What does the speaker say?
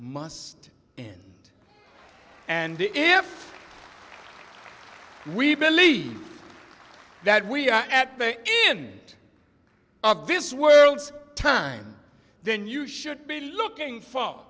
must end and if we believe that we are at the end of this world time then you should be looking f